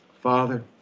Father